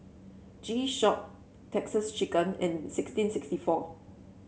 G Shock Texas Chicken and sixteen sixty four